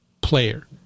player